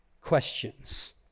questions